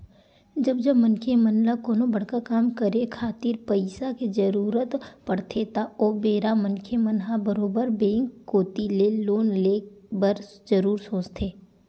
जब जब मनखे मन ल कोनो बड़का काम करे खातिर पइसा के जरुरत पड़थे त ओ बेरा मनखे मन ह बरोबर बेंक कोती ले लोन ले बर जरुर सोचथे